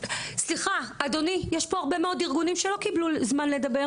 סליחה אדוני יש פה הרבה מאוד ארגונים שלא קיבלו זמן לדבר,